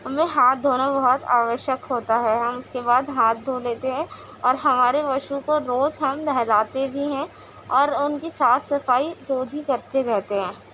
ہمیں ہاتھ دھونا بہت آوشیک ہوتا ہے ہم اس کے بعد ہاتھ دھو لیتے ہیں اور ہمارے پشو کو روز ہم نہلاتے بھی ہیں اور ان کی صاف صفائی روز ہی کرتے رہتے ہیں